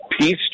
Peace